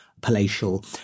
palatial